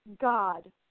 God